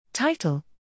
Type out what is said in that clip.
Title